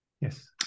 yes